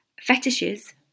Fetishes